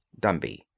DUMBY